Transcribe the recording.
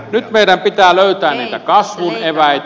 nyt meidän pitää löytää niitä kasvun eväitä